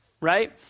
Right